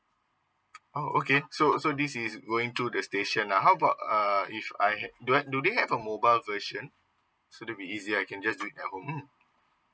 oh okay so so this is going through the station lah how about uh if I had do I do they have a mobile version so there'll be easier I can just do it at home